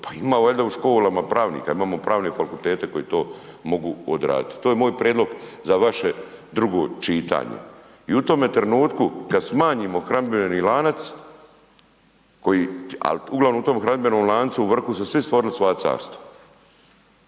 Pa ima valjda u školama pravnika, imamo pravne fakultete koji to mogu odraditi. To je moj prijedlog za vaše drugo čitanje. I u tome trenutku kada smanjimo hranidbeni lanac koji, ali uglavnom u tom hranidbenom lancu u vrhu su svi stvorili svoja carstva.